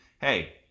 hey